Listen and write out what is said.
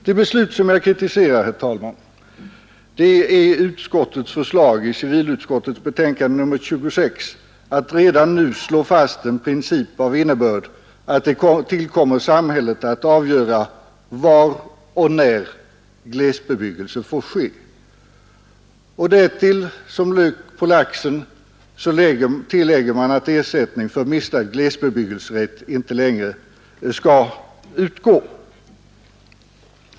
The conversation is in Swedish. Det beslut som jag kritiserar, herr talman, är utskottets förslag i civilutskottets betänkande nr 26, att redan nu slå fast en princip av innebörd att det tillkommer samhället att avgöra var och när glesbebyggelse får ske. Som lök på laxen tillägger man att ersättning för mistad glesbebyggelserätt inte längre skall utgå.